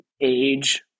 age